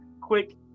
quick